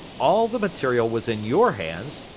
all the material was in your hands,